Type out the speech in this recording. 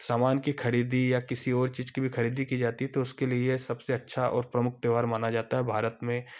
सामान की खरीदी या किसी और चीज की भी खरीदी की जाती है तो उसके लिए सबसे अच्छा और प्रमुख त्योहार माना जाता है भारत में